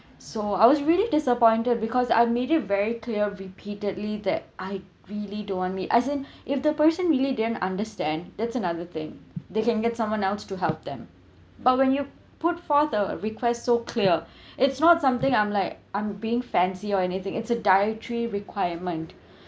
so I was really disappointed because I've made it very clear repeatedly that I really don't want meat as in if the person really didn't understand that's another thing they can get someone else to help them but when you put for the requests so clear it's not something I'm like I'm being fancy or anything it's a dietary requirement